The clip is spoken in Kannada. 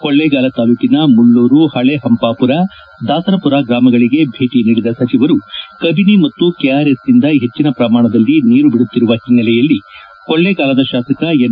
ಕೊಳ್ಳೇಗಾಲ ತಾಲೂಕಿನ ಮುಳ್ಳೂರು ಹಳೇ ಹಂಪಾಪುರ ದಾಸನಪುರ ಗ್ರಾಮಗಳಿಗೆ ಭೇಟಿ ನೀಡಿದ ಸಚಿವರು ಕಬಿನಿ ಮತ್ತು ಕೆಆರ್ಎಸ್ನಿಂದ ಹೆಚ್ಚಿನ ಪ್ರಮಾಣದಲ್ಲಿ ನೀರು ಬಿಡುತ್ತಿರುವ ಹಿನ್ನೆಲೆಯಲ್ಲಿ ಕೊಳ್ಳೇಗಾಲದ ಶಾಸಕ ಎನ್